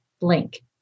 link